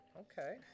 Okay